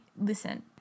listen